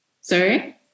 Sorry